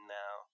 now